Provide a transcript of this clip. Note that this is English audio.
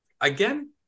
again